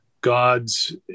God's